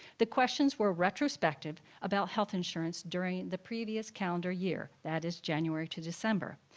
the questions were retrospective about health insurance during the previous calendar year, that is january to december.